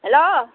hello